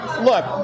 Look